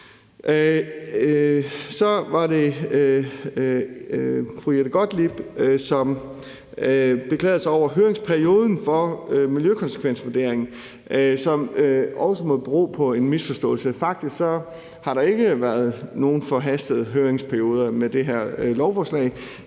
Så beklagede fru Jette Gottlieb sig over høringsperioden for miljøkonsekvensvurderingen, og det må også bero på en misforståelse. Faktisk har der ikke været nogen forhastede høringsperioder i forbindelse med det her lovforslag.